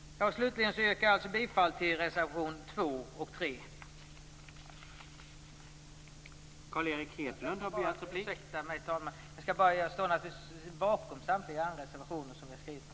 Slutligen yrkar jag alltså bifall till reservation 2 och 3. Jag står naturligtvis bakom samtliga andra reservationer som vi har skrivit.